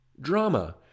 Drama